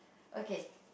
okay